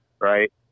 Right